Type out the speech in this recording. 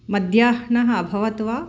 मद्याह्नः अभवत् वा